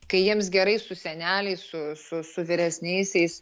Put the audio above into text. kai jiems gerai su seneliais su su su vyresniaisiais